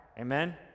amen